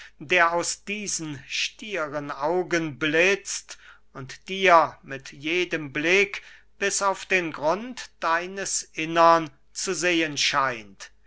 der aus diesen stieren augen blitzt und dir mit jedem blick bis auf den grund deines innern zu sehen scheint